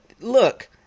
Look